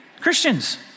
Christians